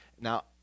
Now